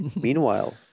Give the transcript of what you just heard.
Meanwhile